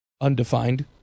undefined